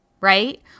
right